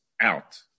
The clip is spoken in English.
out